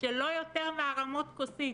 של לא יותר מהרמות כוסית.